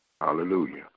Hallelujah